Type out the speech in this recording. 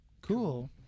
cool